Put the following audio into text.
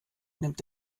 nimmt